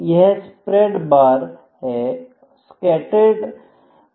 यह spread bar है